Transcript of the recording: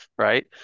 Right